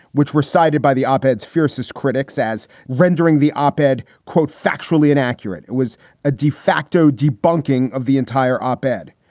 which were cited by the op ed's fiercest critics as rendering the op ed, quote, factually inaccurate. it was a de facto debunking of the entire op ed.